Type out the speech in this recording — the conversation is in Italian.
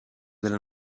della